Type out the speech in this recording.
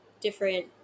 different